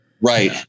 right